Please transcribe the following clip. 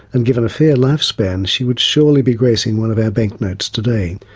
and given a fair life span, she would surely be gracing one of our bank notes today.